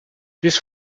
this